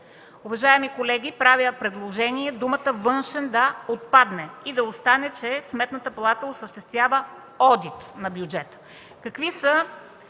Уважаеми колеги, правя предложение думата „външен” да отпадне и да остане, че „Сметната палата осъществява одит на бюджета...”.